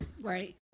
Right